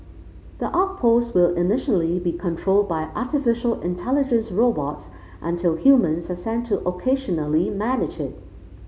the outpost will initially be controlled by artificial intelligence robots until humans are sent to occasionally manage it